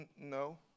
No